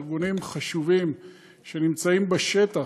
ארגונים חשובים שנמצאים בשטח.